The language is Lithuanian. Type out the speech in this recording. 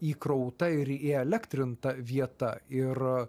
įkrauta ir įelektrinta vieta ir